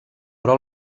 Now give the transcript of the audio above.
però